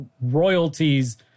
royalties